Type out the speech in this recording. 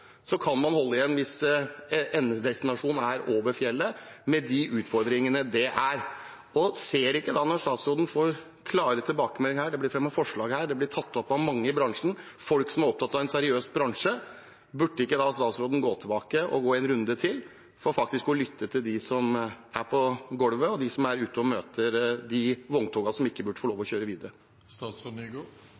kan man holde igjen hvis endedestinasjon er over fjellet, med de utfordringene det er. Når statsråden får klare tilbakemeldinger her, det blir fremmet forslag her, det blir tatt opp av mange i bransjen, folk som er opptatt en seriøs bransje, burde ikke da statsråden gå tilbake og gå en runde til for faktisk å lytte til dem som er på golvet, de som er ute og møter de vogntogene som ikke burde få lov til å kjøre